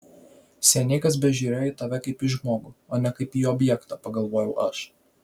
seniai kas bežiūrėjo į tave kaip į žmogų o ne kaip į objektą pagalvojau aš